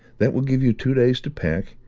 that will give you two days to pack,